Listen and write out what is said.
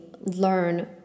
learn